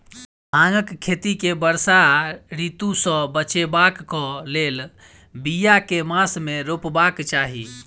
भांगक खेती केँ वर्षा ऋतु सऽ बचेबाक कऽ लेल, बिया केँ मास मे रोपबाक चाहि?